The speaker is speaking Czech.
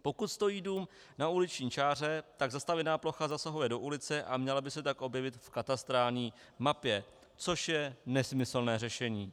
Pokud stojí dům na uliční čáře, tak zastavěná plocha zasahuje do ulice a měla by se tak objevit v katastrální mapě, což je nesmyslné řešení.